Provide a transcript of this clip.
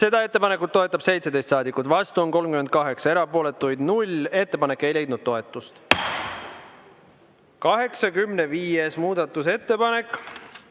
Seda ettepanekut toetab 17 saadikut, vastu on 38, erapooletuid 0. Ettepanek ei leidnud toetust.85. muudatusettepanek,